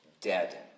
dead